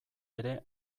ere